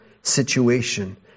situation